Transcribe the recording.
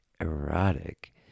erotic